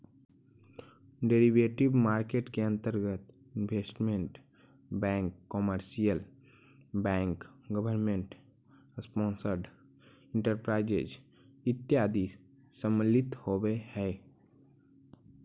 derivative market के अंतर्गत investment bank commercial bank government sponsored enterprises इत्यादि सम्मिलित होवऽ हइ